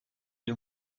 une